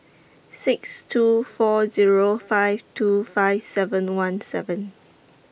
six two four Zero five two five seven one seven